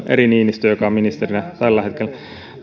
eri niinistö joka on ministerinä tällä hetkellä minusta tämä